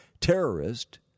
terrorist